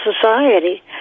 society